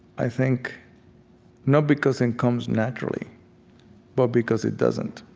i think not because it comes naturally but because it doesn't,